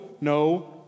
no